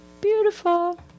Beautiful